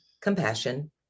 compassion